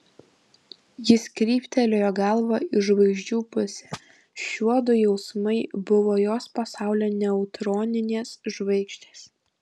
jis kryptelėjo galvą į žvaigždžių pusę šiuodu jausmai buvo jos pasaulio neutroninės žvaigždės